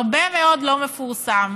הרבה מאוד לא מפורסם